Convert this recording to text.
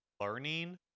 learning